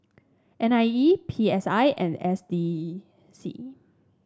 N I E P S I and S D C